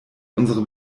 unsere